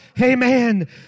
Amen